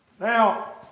Now